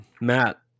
Matt